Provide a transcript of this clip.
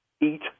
eat